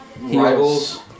rivals